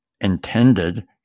intended